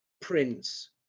prince